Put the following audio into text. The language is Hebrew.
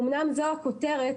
אומנם זו הכותרת,